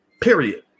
period